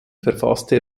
verfasste